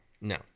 No